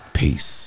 peace